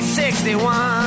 61